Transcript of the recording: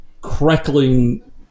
crackling